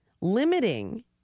limiting